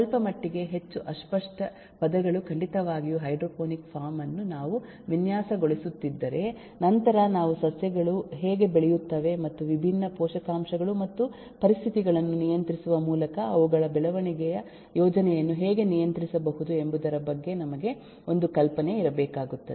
ಸ್ವಲ್ಪಮಟ್ಟಿಗೆ ಹೆಚ್ಚು ಅಸ್ಪಷ್ಟ ಪದಗಳು ಖಂಡಿತವಾಗಿಯೂ ಹೈಡ್ರೋಪೋನಿಕ್ ಫಾರ್ಮ್ ಅನ್ನು ನಾವು ವಿನ್ಯಾಸಗೊಳಿಸುತ್ತಿದ್ದರೆ ನಂತರ ನಾವು ಸಸ್ಯಗಳು ಹೇಗೆ ಬೆಳೆಯುತ್ತವೆ ಮತ್ತು ವಿಭಿನ್ನ ಪೋಷಕಾಂಶಗಳು ಮತ್ತು ಪರಿಸ್ಥಿತಿಗಳನ್ನು ನಿಯಂತ್ರಿಸುವ ಮೂಲಕ ಅವುಗಳ ಬೆಳವಣಿಗೆಯ ಯೋಜನೆಯನ್ನು ಹೇಗೆ ನಿಯಂತ್ರಿಸಬಹುದು ಎಂಬುದರ ಬಗ್ಗೆ ನಮಗೆ ಒಂದು ಕಲ್ಪನೆ ಇರಬೇಕಾಗುತ್ತದೆ